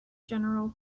general